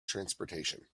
transportation